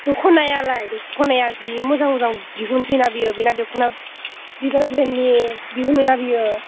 दख'नायालाय दख'नाया जि मोजां मोजां दिहुनसै ना बियो बेना दख'ना बिबार ब्रेन्दनि दिहुनोना बियो